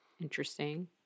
interesting